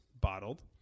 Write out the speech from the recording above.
bottled